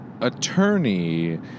attorney